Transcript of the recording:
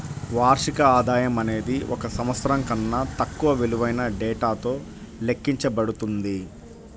వార్షిక ఆదాయం అనేది ఒక సంవత్సరం కన్నా తక్కువ విలువైన డేటాతో లెక్కించబడుతుంది